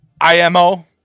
IMO